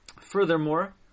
furthermore